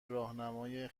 راهنمای